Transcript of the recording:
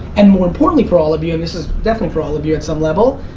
and more importantly, for all of you, and this is definitely for all of you at some level.